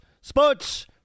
Sports